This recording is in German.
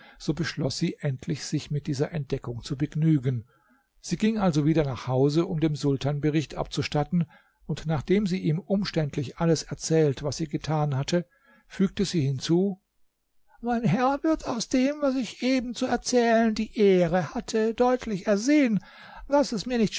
so beschloß sie endlich sich mit dieser entdeckung zu begnügen sie ging also wieder nach hause um dem sultan bericht abzustatten und nachdem sie ihm umständlich alles erzählt was sie getan hatte fügte sie hinzu mein herr wird aus dem was ich eben zu erzählen die ehre hatte deutlich ersehen daß es mir nicht